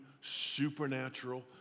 supernatural